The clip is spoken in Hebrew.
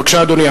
בבקשה, אדוני.